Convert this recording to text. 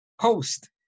post